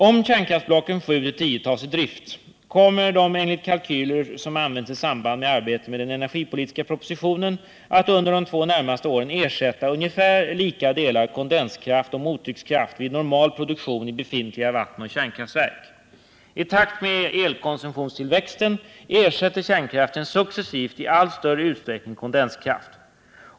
Om kärnkraftblocken 7-10 tas i drift kommer de enligt kalkyler som använts i samband med arbete med den energipolitiska propositionen att under de två närmaste åren ersätta ungefär lika delar kondenskraft och mottryckskraft vid normal produktion i befintliga vattenoch kärnkraftverk. I takt med elkonsumtionstillväxten ersätter kärnkraften successivt i allt större utsträckning kondenskraft.